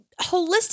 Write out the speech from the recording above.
holistic